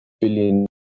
billion